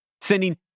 sending